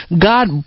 God